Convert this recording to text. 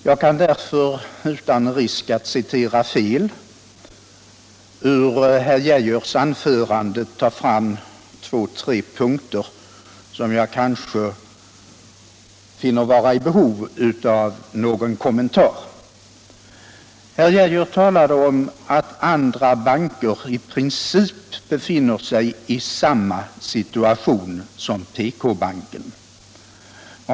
Jag kan därför utan risk för att citera fel ur herr Geijers anförande ta fram ett par punkter som jag finner vara i behov av viss kommentar. Herr Geijer sade att andra banker i princip befinner sig i samma situation som PK-banken.